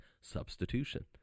substitution